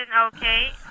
okay